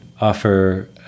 offer